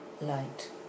light